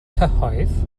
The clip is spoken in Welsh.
cyhoedd